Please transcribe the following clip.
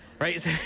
Right